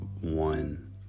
one